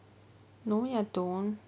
no you don't